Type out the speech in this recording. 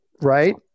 Right